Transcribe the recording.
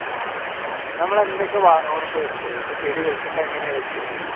ആ ഓക്കെ നമ്മൾ എന്തൊക്കെ വളമാണിപ്പോൾ ഇടേണ്ടത് ഇപ്പോൾ ചെടി വയ്ക്കുമ്പോൾ എങ്ങനെയാണ് വയ്ക്കേണ്ടത്